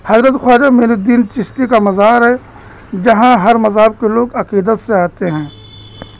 حضرت خواجہ معین الدین چشتی کا مزار ہے جہاں ہر مذہب کے لوگ عقیدت سے آتے ہیں